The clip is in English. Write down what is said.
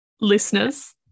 listeners